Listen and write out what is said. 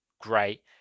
great